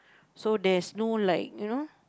so there's no like you know